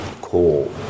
call